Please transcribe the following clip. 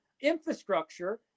infrastructure